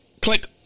click